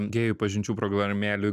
gėjų pažinčių programėlių